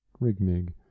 Rigmig